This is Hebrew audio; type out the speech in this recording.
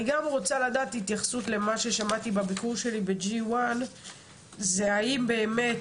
גם רוצה לדעת התייחסות למה ששמעתי בביקור שלי ב- G1 זה האם באמת